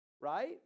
Right